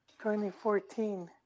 2014